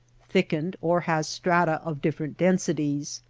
thickened, or has strata of different densities.